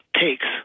takes